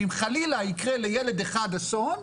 אם חלילה יקרה לילד אחד אסון,